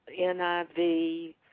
NIV